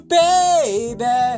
baby